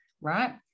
right